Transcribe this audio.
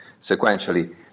sequentially